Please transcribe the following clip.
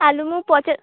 ଆଳୁ ମୁଁ ପଚା